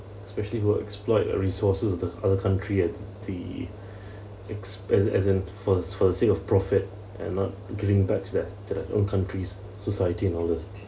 especially will exploit resources of the other country at the expense as in for for the sake of profit and not giving back to their to their own countries' society and all those